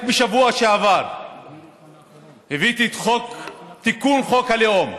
רק בשבוע שעבר הבאתי חוק לתיקון חוק הלאום,